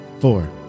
Four